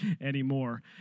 anymore